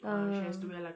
oh